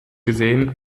gesehen